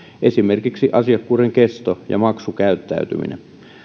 esimerkiksi asiakkuuden kestoa ja maksukäyttäytymistä